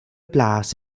blouse